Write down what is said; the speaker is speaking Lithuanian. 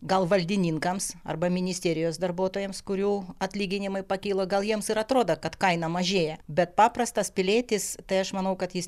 gal valdininkams arba ministerijos darbuotojams kurių atlyginimai pakilo gal jiems ir atrodo kad kaina mažėja bet paprastas pilietis tai aš manau kad jis